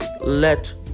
let